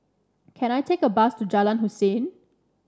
can I take a bus to Jalan Hussein